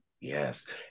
Yes